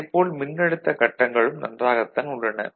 அதே போல் மின்னழுத்த கட்டங்களும் நன்றாகத் தான் உள்ளன